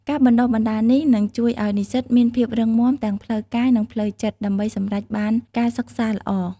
ការបណ្ដុះបណ្ដាលនេះនឹងជួយឱ្យនិស្សិតមានភាពរឹងមាំទាំងផ្លូវកាយនិងផ្លូវចិត្តដើម្បីសម្រេចបានការសិក្សាល្អ។